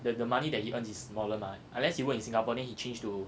that the money that he earns is smaller mah unless he in singapore then he change to